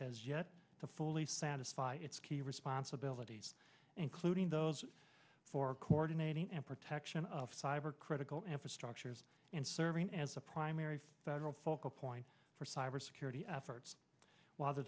has yet to fully satisfy its key responsibilities including those for coordinating and protection of cyber critical infrastructures and serving as a primary federal focal point for cyber security efforts while the